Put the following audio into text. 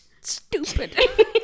stupid